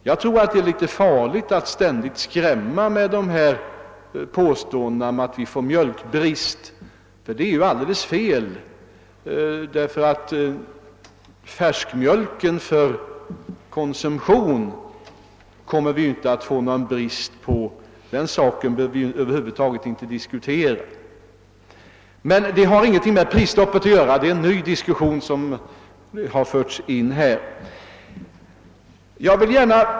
Det är enligt min mening en smula farligt att ständigt vifta med påståenden om en hotande risk för mjölkbrist. Vi kommer inte att få någon brist på färskmjölk för konsumtionsändamål. Den saken behöver vi över huvud taget inte diskutera; den har ingenting med prisstoppet att göra. Det är en ny diskussion som förts in här.